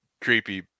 creepy